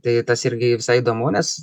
tai tas irgi visai įdomu nes